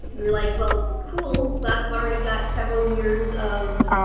we were like, well cool, glad we've already got several years of,